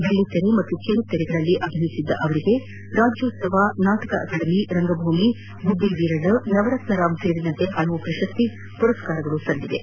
ಬೆಳ್ಳಿತೆರೆ ಮತ್ತು ಕಿರುತೆರೆಗಳಲ್ಲೂ ಅಭಿನಯಿಸಿದ್ದ ಅವರಿಗೆ ರಾಜ್ಯೋತ್ಸವ ನಾಟಕ ಅಕಾಡೆಮಿ ರಂಗಭೂಮಿ ಗುಬ್ಬಿವೀರಣ್ಣ ನವರತ್ನ ರಾಂ ಸೇರಿದಂತೆ ಹಲವು ಪ್ರಶಸ್ತಿ ಪುರಸ್ಕಾರಗಳ ಸಂದಿವೆ